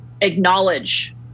acknowledge